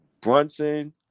Brunson